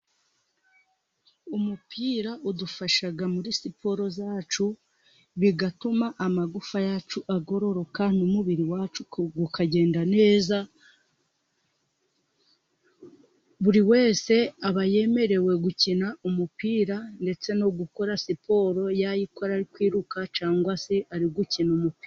Umupira udufasha muri siporo zacu, bigatuma amagufa yacu agororoka n'umubiri wacu ukagenda neza, buri wese aba yemerewe gukina umupira ndetse no gukora siporo, yayikora ari kwiruka cyangwa se ari gukina umupira.